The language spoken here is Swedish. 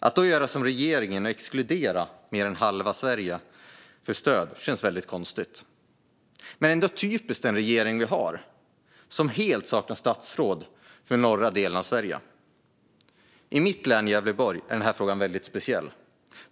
Att då göra som regeringen och exkludera mer än halva Sverige från stöd känns konstigt. Men det är ändå typiskt för den regering vi har, som helt saknar statsråd från den norra delen av Sverige. I mitt län, Gävleborg, är frågan speciell.